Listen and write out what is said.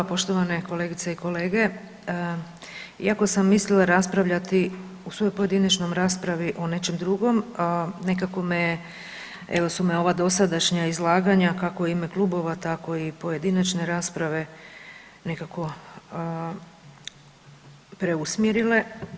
Poštovane kolegice i kolege, iako sam mislila raspravljati u svojoj pojedinačnoj raspravi o nečem drugom nekako me evo su me ova dosadašnja izlaganja kako u ime klubova tako i pojedinačne rasprave, nekako preusmjerile.